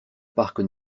parc